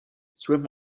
swim